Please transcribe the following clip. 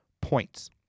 points